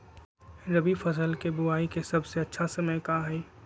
रबी फसल के बुआई के सबसे अच्छा समय का हई?